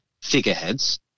figureheads